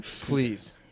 please